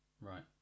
Right